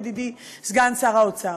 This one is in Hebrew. ידידי סגן שר האוצר?